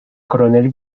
coronel